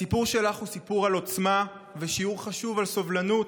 הסיפור שלך הוא סיפור על עוצמה ושיעור חשוב על סובלנות,